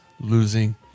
losing